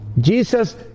Jesus